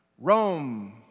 Rome